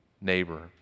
neighbor